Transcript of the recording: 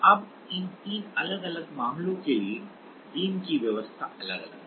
अब इन तीन अलग अलग मामलों के लिए बीम की व्यवस्था अलग अलग है